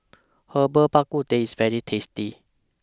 Herbal Bak Ku Teh IS very tasty